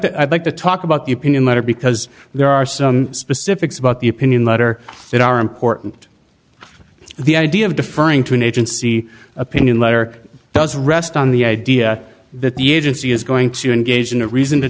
that i'd like to talk about the opinion matter because there are some specifics about the opinion letter that are important for the idea of deferring to an agency opinion letter does rest on the idea that the agency is going to engage in a reason